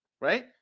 right